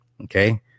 okay